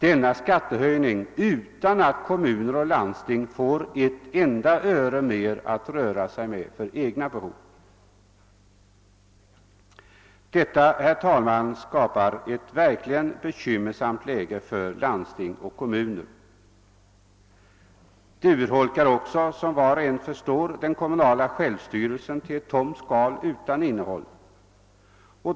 Denna skattehöjning kommer till stånd utan att kommuner och landsting får ett enda öre mer att röra sig med för egna behov. Detta skapar, herr talman, verkligen ett bekymmersamt läge för landsting och kommuner. Som var och en förstår urholkas den kommunala självstyrelsen till ett tomt skal utan innehåll.